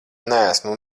neesmu